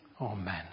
Amen